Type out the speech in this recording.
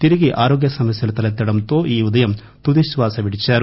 తిరిగి ఆరోగ్య సమస్యలు తలెత్తడంతో ఈ ఉదయం తుది శ్వాస విడిచారు